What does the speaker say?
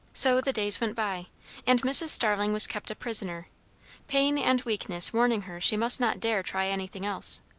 so the days went by and mrs. starling was kept a prisoner pain and weakness warning her she must not dare try anything else.